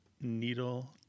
needle